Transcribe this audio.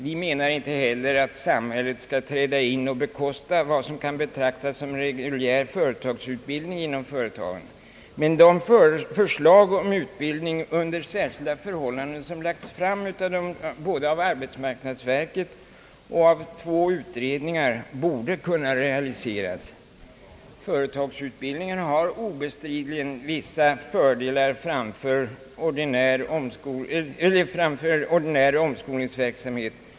Vi menar inte heller att samhället skall träda in och bekosta vad som kan betraktas som en reguljär företagsutbildning inom företagen, men de förslag om utbildning under särskilda förhållanden, som lagts fram både av arbetsmarknadsstyrelsen och av två utredningar, borde kunna realiseras. Företagsutbildningen har obestridligen vissa fördelar framför ordinär omskolningsverksamhet.